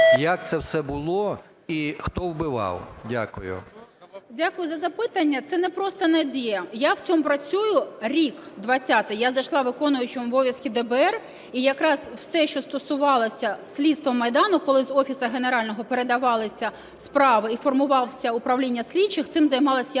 як це все було і хто вбивав? Дякую. 10:38:41 ВЕНЕДІКТОВА І.В. Дякую за запитання. Це не просто надія. Я в цьому працюю рік, 20-й. Я зайшла виконуючим обов'язки ДБР, і якраз все, що стосувалося слідства Майдану, коли з Офісу Генерального передавалися справи і формувалось управління слідчих, цим займалась я